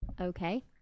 Okay